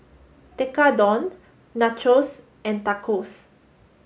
Tekkadon Nachos and Tacos